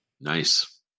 Nice